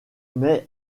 mais